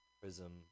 Prism